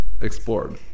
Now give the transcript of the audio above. explored